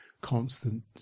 constant